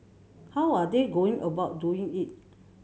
how are they going about doing it